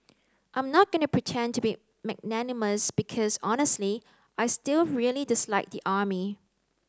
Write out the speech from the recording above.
I'm not going to pretend to be magnanimous because honestly I still really dislike the army